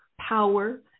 power